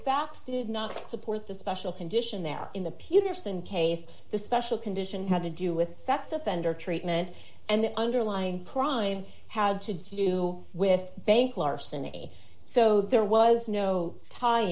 facts did not support the special condition there in the peterson case the special condition had to do with sex offender treatment and the underlying crime had to do with bank larceny so there was no t